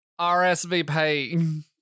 RSVP